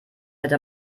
hätte